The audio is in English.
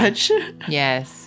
Yes